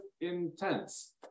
intense